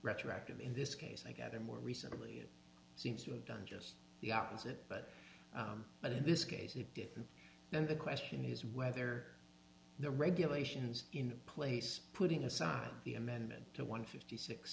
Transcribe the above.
retroactive in this case i gather more recently it seems to have done just the opposite but in this case it did and the question is whether the regulations in place putting aside the amendment to one fifty six